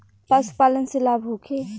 पशु पालन से लाभ होखे?